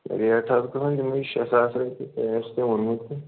rate حظ گژھان تِمٔے شےٚ ساس رۄپییہِ تۄہہِ آسوٕ تٔمۍ ووٚنمُت تہِ